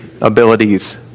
abilities